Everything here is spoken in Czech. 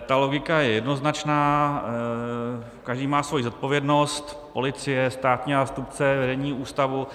Ta logika je jednoznačná, každý má svoji zodpovědnost, policie, státní zástupce, vedení ústavu,